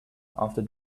after